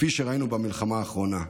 כפי שראינו במלחמה האחרונה.